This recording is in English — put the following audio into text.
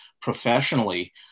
professionally